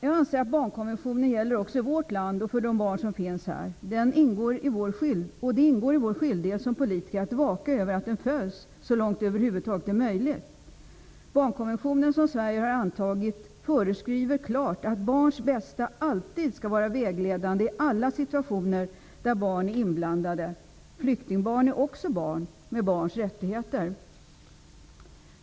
Jag anser att barnkonventionen gäller också i vårt land för de barn som finns här. Det ingår i vår skyldighet som politiker att vaka över att den följs så långt det över huvud taget är möjligt. Barnkonventionen som Sverige har antagit föreskriver klart att barns bästa alltid skall vara vägledande i alla situationer där barn är inblandade. Flyktingbarn är också barn med barns rättigheter.